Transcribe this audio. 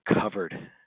covered